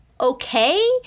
okay